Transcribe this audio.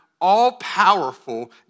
all-powerful